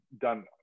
done